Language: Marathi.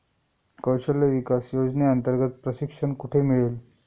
कौशल्य विकास योजनेअंतर्गत प्रशिक्षण कुठे मिळेल?